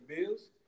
bills